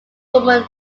woman